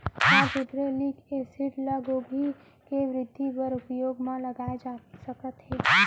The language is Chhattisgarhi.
का जिब्रेल्लिक एसिड ल गोभी के वृद्धि बर उपयोग म लाये जाथे सकत हे?